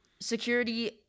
security